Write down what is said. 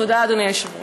תודה, אדוני היושב-ראש.